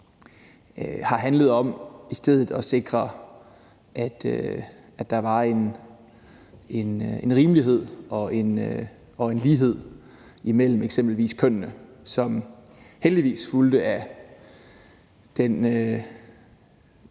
har handlet om i stedet at sikre, at der var en rimelighed og en lighed imellem eksempelvis kønnene, som heldigvis fulgte af den